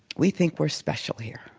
we think we're special here.